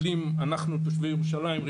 תושבי ירושלים,